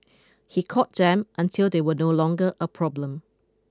he caught them until they were no longer a problem